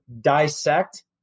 dissect